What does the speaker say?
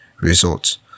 results